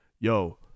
Yo